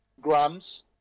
grams